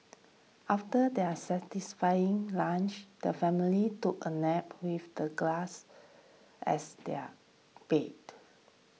after their satisfying lunch the family took a nap with the grass as their bed